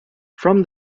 from